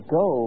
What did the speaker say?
go